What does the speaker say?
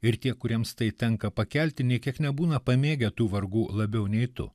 ir tie kuriems tai tenka pakelti nei kiek nebūna pamėgę tų vargų labiau nei tu